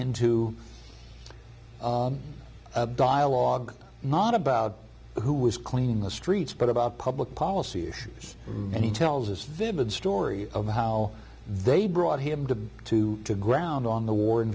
into dialogue not about who was cleaning the streets but about public policy issues and he tells us vivid story of how they brought him to to the ground on the war in